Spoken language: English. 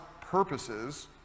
purposes